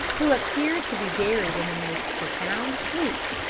who appeared to be buried in the most profound sleep.